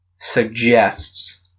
suggests